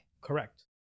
Correct